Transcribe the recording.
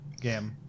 game